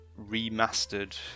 remastered